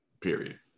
Period